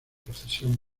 procesión